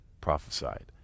prophesied